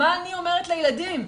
מה אני אומרת לילדים?